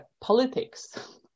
politics